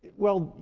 well,